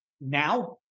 now